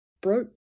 broke